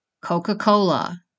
Coca-Cola